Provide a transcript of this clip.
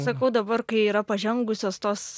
sakau dabar kai yra pažengusios tos